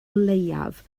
leiaf